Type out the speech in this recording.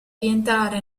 rientrare